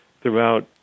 throughout